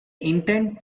intend